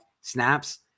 snaps